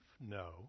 No